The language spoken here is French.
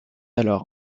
alors